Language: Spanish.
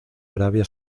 arabia